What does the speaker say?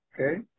Okay